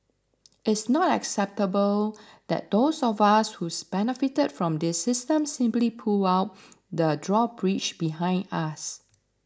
it's not acceptable that those of us who've benefited from this system simply pull out the drawbridge behind us